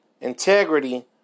integrity